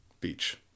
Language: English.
beach